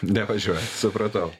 nevažiuojat supratau